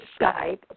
Skype